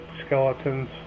skeletons